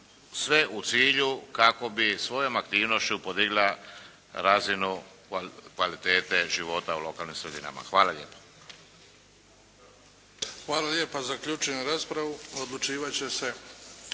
sve u cilju kako bi svojom aktivnošću podigla razinu kvalitete života u lokalnim sredinama. Hvala lijepa. **Bebić, Luka (HDZ)** Hvala lijepa. Zaključujem raspravu. Odlučivat će se